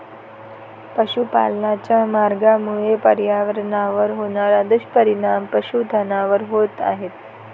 पशुपालनाच्या मार्गामुळे पर्यावरणावर होणारे दुष्परिणाम पशुधनावर होत आहेत